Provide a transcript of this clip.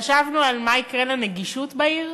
חשבנו על מה יקרה לנגישות בעיר